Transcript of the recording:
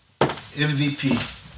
MVP